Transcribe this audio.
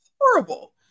horrible